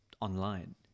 online